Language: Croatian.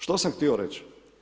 Što sam htio reći?